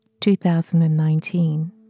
2019